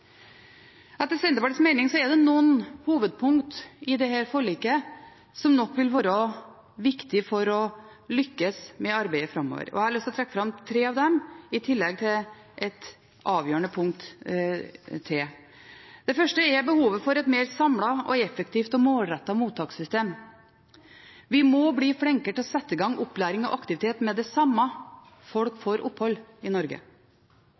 Etter Senterpartiets mening er det noen hovedpunkter i dette forliket som nok vil være viktige for å lykkes med arbeidet framover. Jeg har lyst til å trekke fram tre av dem i tillegg til et avgjørende punkt. Det første er behovet for et samlet, mer effektivt og målrettet mottakssystem. Vi må bli flinkere til å sette i gang opplæring og aktivitet med det samme folk får opphold i Norge.